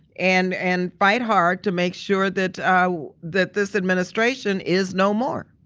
and and fight hard to make sure that ah that this administration is no more.